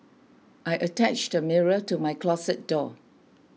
I attached a mirror to my closet door